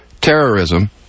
terrorism